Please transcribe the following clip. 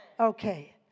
Okay